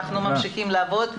אנחנו ממשיכים לעבוד,